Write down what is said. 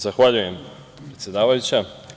Zahvaljujem predsedavajuća.